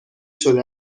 شده